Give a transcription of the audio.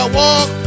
walk